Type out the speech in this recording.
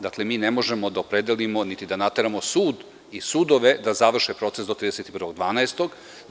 Dakle, mi ne možemo da opredelimo niti da nateramo sud i sudove da završe proces do 31. decembra.